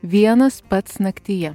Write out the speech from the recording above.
vienas pats naktyje